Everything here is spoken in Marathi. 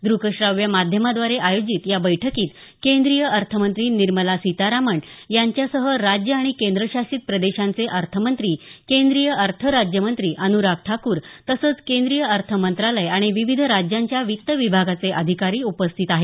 दुक श्राव्य माध्यमाद्वारे आयोजित या बैठकीत केंद्रीय अर्थमंत्री निर्मला सीतारामण यांच्यासह राज्य आणि केंद्रशासित प्रदेशांचे अर्थमंत्री केंद्रीय अर्थराज्यमंत्री अनुराग ठाकूर तसंच केंद्रीय अर्थमंत्रालय आणि विविध राज्यांच्या वित्त विभागाचे अधिकारी उपस्थित आहेत